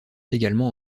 également